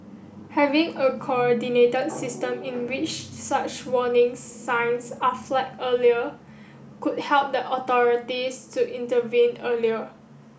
having a coordinate system in which such warning signs are flagged earlier could help the authorities to intervene earlier